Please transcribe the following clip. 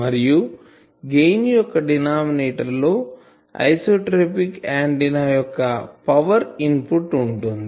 మరియు గెయిన్ యొక్క డినామినేటర్ లో ఐసోట్రోపిక్ ఆంటిన్నా యొక్క పవర్ ఇన్పుట్ ఉంటుంది